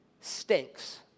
stinks